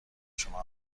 شما